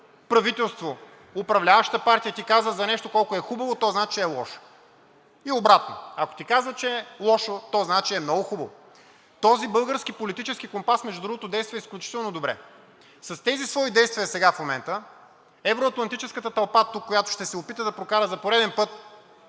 правителство, управляващата партия ти казва за нещо колко е хубаво, то значи е лошо, и обратното, ако ти казва, че е лошо, то значи е много хубаво. Този български политически компас между другото действа изключително добре. С тези свои действия сега в момента евроатлантическата тълпа тук, която ще се опита да прокара за пореден това